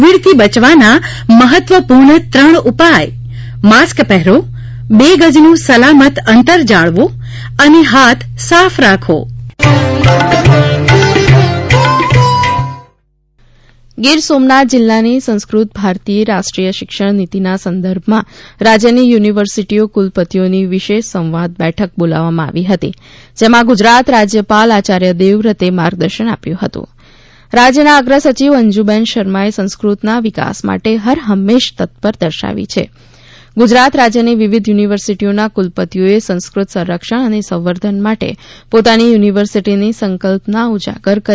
Covid signature tune Gir Somnath Sanskrit Bharati Gir Somnath જિલ્લાની સંસ્કૃતભારતીએ રાષ્ટ્રીય શિક્ષણ નીતિના સંદર્ભમાં રાજ્યની યુનિવર્સિટીઓ કુલપતિઓની વિશેષ સંવાદ બેઠક બોલાવવામાં આવી હતી જેમાં ગુજરાત રાજ્યપાલ આચાર્ય દેવવ્રતે માર્ગદર્શન આપ્યું હતું રાજ્યના અગ્રસચિવ અંજુબેન શર્મા સંસ્કૃતના વિકાસ માટે હરહંમેશ તત્પરતા દર્શાવી ગુજરાત રાજ્યની વિવિધ યુનિવર્સિટીઓના કુલપતિઓએ સંસ્કૃત સંરક્ષણ અને સંવર્ધન માટે પોતાની યુનિવર્સિટીની સંકલ્પના ઉજાગર કરી